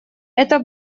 эта